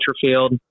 field